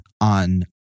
on